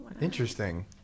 interesting